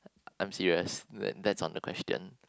I'm serious tha~ that's on the question